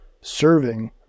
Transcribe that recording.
serving